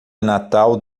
natal